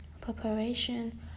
preparation